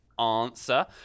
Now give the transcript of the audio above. answer